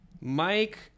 Mike